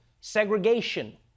segregation